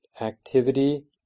activity